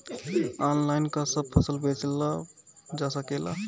Online का सब फसल बेचल जा सकेला?